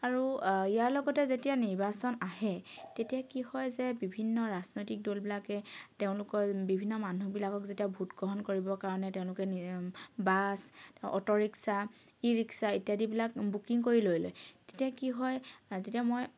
আৰু ইয়াৰ লগতে যেতিয়া নিৰ্বাচন আহে তেতিয়া কি হয় যে বিভিন্ন ৰাজনৈতিক দলবিলাকে তেওঁলোকৰ বিভিন্ন মানুহবিলাকক যেতিয়া ভোট গ্ৰহণ কৰিব কাৰণে তেওঁলোকে bus auto rickshaw e rickshaw ইত্যাদিবিলাক বুকিং কৰি লৈ লয় তেতিয়া কি হয় যেতিয়া মই